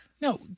no